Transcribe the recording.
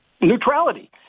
neutrality